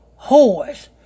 Whores